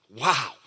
Wow